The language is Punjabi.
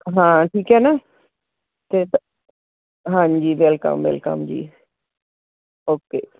ਹਾਂ ਠੀਕ ਹੈ ਨਾ ਅਤੇ ਹਾਂਜੀ ਵੈਲਕਮ ਵੈਲਕਮ ਜੀ ਓਕੇ